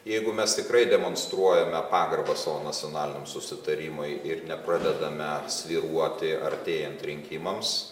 jeigu mes tikrai demonstruojame pagarbą savo nacionaliniam susitarimui ir nepradedame svyruoti artėjant rinkimams